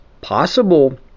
possible